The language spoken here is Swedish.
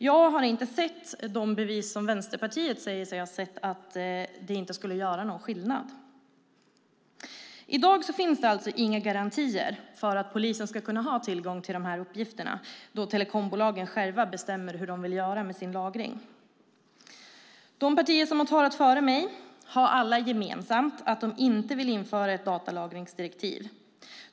Jag har inte sett de bevis som Vänsterpartiet säger sig ha sett på att det inte skulle göra någon skillnad. I dag finns det alltså inga garantier för att polisen ska kunna ha tillgång till dessa uppgifter, då telekombolagen själva bestämmer hur de vill göra med sin lagring. De partier som har talat före mig har alla gemensamt att de inte vill införa ett datalagringsdirektiv.